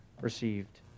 received